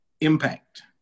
Impact